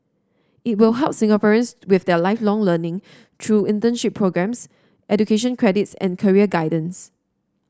it will help Singaporeans with their Lifelong Learning through internship programmes education credits and career guidance